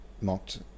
mocked